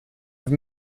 have